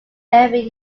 every